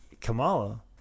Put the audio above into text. Kamala